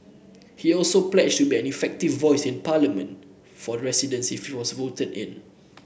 he also pledged to be an effective voice in Parliament for the residents if he was voted in